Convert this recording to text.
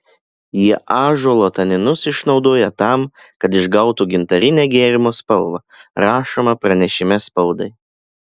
jie ąžuolo taninus išnaudoja tam kad išgautų gintarinę gėrimo spalvą rašoma pranešime spaudai